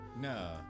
No